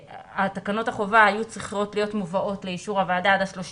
תקנות החובה היו צריכות להיות מובאות לאישור הוועדה עד ה-31